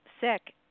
sick